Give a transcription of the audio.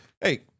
Hey